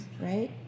right